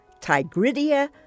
tigridia